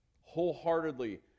Wholeheartedly